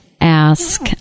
ask